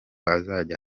azajya